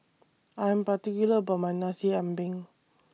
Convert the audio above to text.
I Am particular about My Nasi Ambeng